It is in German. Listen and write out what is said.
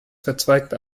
verzweigte